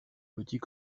petits